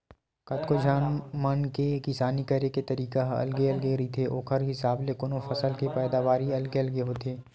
कतको झन मन के किसानी करे के तरीका ह अलगे अलगे रहिथे ओखर हिसाब ल कोनो फसल के पैदावारी अलगे अलगे होथे